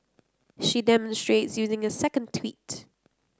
she demonstrates using a second tweet